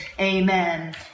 amen